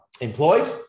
Employed